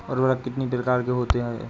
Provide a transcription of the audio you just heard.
उर्वरक कितनी प्रकार के होता हैं?